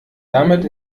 damit